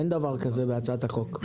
אין דבר כזה בהצעת החוק.